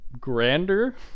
grander